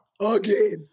again